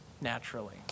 naturally